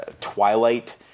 Twilight